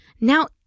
Now